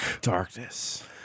darkness